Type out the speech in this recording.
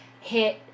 hit